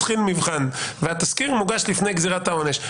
מתחיל מבחן והתסקיר מוגש לפני גזירת העונש.